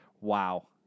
Wow